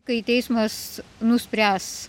kai teismas nuspręs